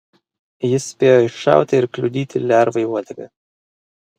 jis spėjo iššauti ir kliudyti lervai uodegą